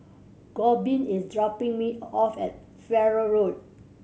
Corbin is dropping me off at Farrer Road